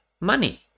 money